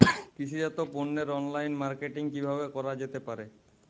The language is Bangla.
কৃষিজাত পণ্যের অনলাইন মার্কেটিং কিভাবে করা যেতে পারে?